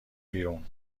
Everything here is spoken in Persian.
بیرون